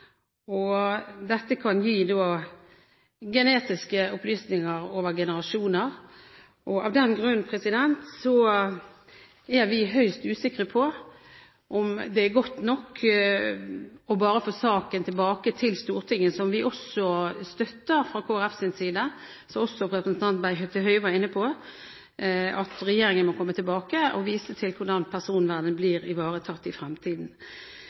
at dette kan gi genetiske opplysninger over generasjoner. Av den grunn er vi høyst usikre på om det er godt nok bare å få saken tilbake til Stortinget, noe vi også støtter fra Kristelig Folkepartis side, og som også representanten Bent Høie var inne på – at regjeringen må komme tilbake og vise til hvordan personvernet blir ivaretatt i